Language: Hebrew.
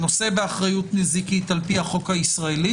שנושא באחריות נזיקית על פי החוק הישראלי.